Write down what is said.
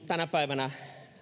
tänä päivänä